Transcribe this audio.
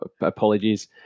apologies